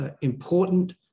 important